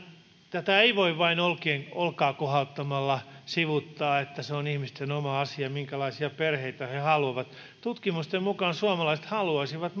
tätä ei voi vain olkaa kohauttamalla sivuuttaa että se on ihmisten oma asia minkälaisia perheitä he haluavat tutkimusten mukaan suomalaiset haluaisivat